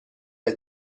del